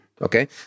Okay